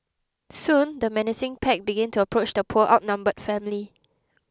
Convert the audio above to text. soon the menacing pack began to approach the poor outnumbered family